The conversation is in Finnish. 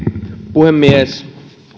puhemies